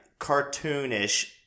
cartoonish